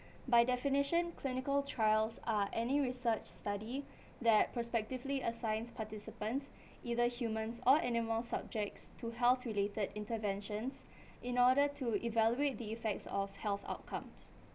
by definition clinical trials are any research study that prospectively assigns participants either humans or animal subjects to health related interventions in order to evaluate the effects of health outcomes